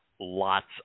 lots